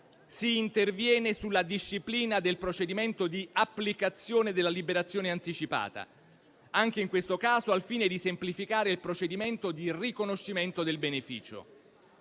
si interviene sulla disciplina del procedimento di applicazione della liberazione anticipata, anche in questo caso al fine di semplificare il procedimento di riconoscimento del beneficio.